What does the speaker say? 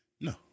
No